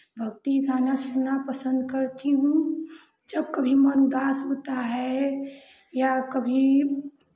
भक्ति गाना सुनना पसन्द करती हूँ जब कभी मन उदास होता है या कभी